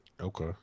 Okay